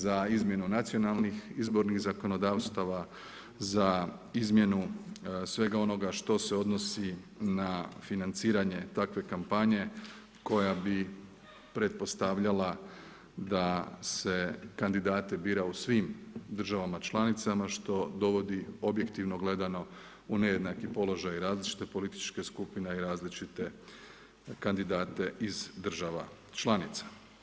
Za izmjenu nacionalnih izbornih zakonodavstava, za izmjenu svega onoga što se odnosi na financiranje takve kampanje koja bi pretpostavljala da se kandidate bira u svim državama članicama, što dovodi, objektivno gledano u nejednaki položaj različite političke skupine i različite kandidate iz država članica.